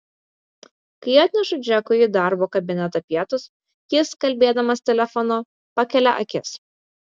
kai atnešu džekui į darbo kabinetą pietus jis kalbėdamas telefonu pakelia akis